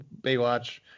Baywatch